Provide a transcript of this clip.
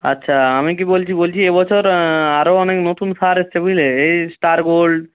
আচ্ছা আমি কি বলছি বলছি এ বছর আরও অনেক নতুন সার এসছে বুঝলে এই স্টার গোল্ড